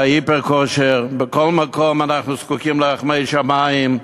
ל"היפר-כשר": בכל מקום אנחנו זקוקים לרחמי שמים.